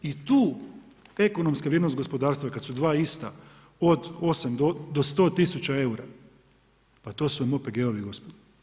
I tu ekonomska vrijednost gospodarstva, kad su dva ista, od 8 do 100 000 eura, pa to su vam OPG-ovi, gospodo.